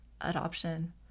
adoption